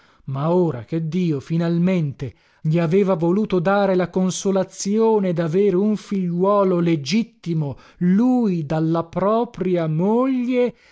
ma ora che dio finalmente gli aveva voluto dare la consolazione daver un figliuolo legittimo lui dalla propria moglie